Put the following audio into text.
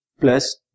plus